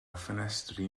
ffenestri